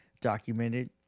documented